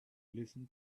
listen